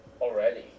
Already